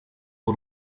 w’u